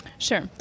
Sure